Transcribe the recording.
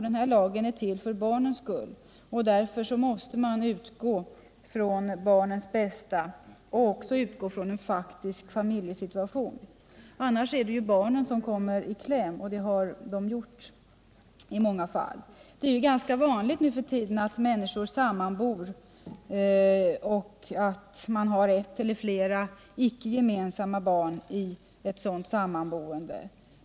Denna lag är till för barnens skull, och därför måste man utgå från barnens bästa och även utgå från en faktisk familjesituation. Annars är det barnen som kommer i kläm. Och det gör de i många fall. Det är ganska vanligt nu för tiden att människor sammanbor och att man har ett eller flera icke gemensamma barn i ett sådant sammanboende.